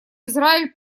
израиль